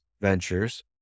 ventures